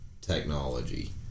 technology